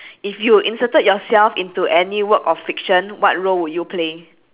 if you inserted yourself into any work or fiction what role would you play